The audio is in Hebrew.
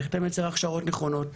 איך אתה מייצר הכשרות נכונות,